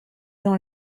dans